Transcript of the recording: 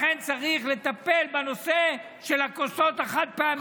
לכן צריך לטפל בנושא של הכוסות החד-פעמיות.